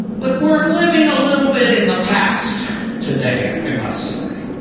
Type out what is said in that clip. but we're living a little bit in the past today, i must say.